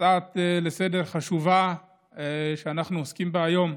זו הצעה לסדר-היום חשובה שאנחנו עוסקים בה היום.